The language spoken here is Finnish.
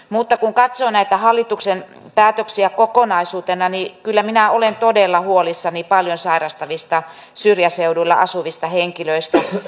mutta kun katsoo näitä hallituksen päätöksiä kokonaisuutena niin kyllä minä olen todella huolissani paljon sairastavista syrjäseuduilla asuvista henkilöistä